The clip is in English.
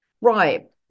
right